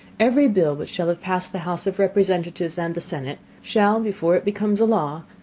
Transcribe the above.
every bill which shall have passed the house of representatives and the senate, shall, before it become a law,